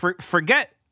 Forget